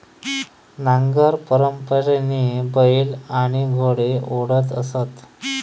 नांगर परंपरेने बैल आणि घोडे ओढत असत